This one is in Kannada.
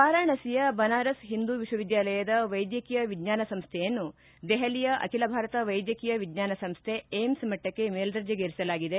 ವಾರಾಣಸಿಯ ಬನಾರಸ್ ಹಿಂದೂ ವಿಶ್ವವಿದ್ಯಾಲಯದ ವೈದ್ಯಕೀಯ ವಿಜ್ಞಾನ ಸಂಸ್ವೆಯನ್ನು ದೆಹಲಿಯ ಅಖಿಲ ಭಾರತ ವೈದ್ಯಕೀಯ ವಿಜ್ಞಾನ ಸಂಸ್ಟೆ ಏಮ್ಸ್ ಮಟ್ಟಕ್ಕೆ ಮೇಲ್ದರ್ಜೆಗೇರಿಸಲಾಗಿದೆ